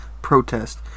Protest